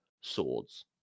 swords